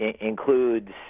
includes